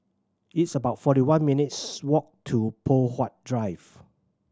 it's about forty one minutes' walk to Poh Huat Drive